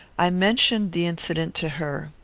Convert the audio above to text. i mentioned the incident to her.